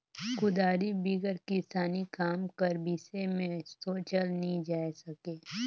कुदारी बिगर किसानी काम कर बिसे मे सोचल नी जाए सके